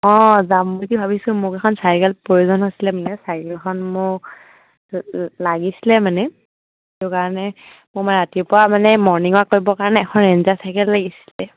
অঁ যাম বুলি ভাবিছোঁ মোক এখন চাইকেল প্ৰয়োজন হৈছিলে মানে চাইকেলখন মোক লাগিছিলে মানে সেই কাৰণে মই ৰাতিপুৱা মানে মৰ্ণিং ৱাক কৰিবৰ কাৰণে এখন ৰেঞ্জাৰ চাইকেল লাগিছিলে